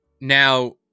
Now